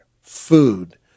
food